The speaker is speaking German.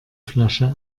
flasche